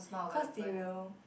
cause they will